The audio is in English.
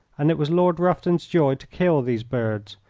and it was lord rufton's joy to kill these birds,